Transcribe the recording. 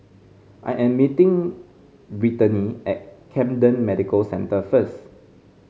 I am meeting Brittanie at Camden Medical Centre first